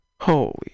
Holy